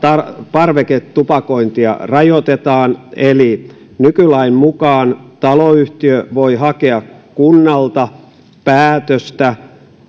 parveketupakointia rajoitetaan eli nykylain mukaan taloyhtiö voi hakea kunnalta päätöstä